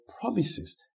promises